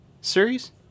series